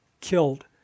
killed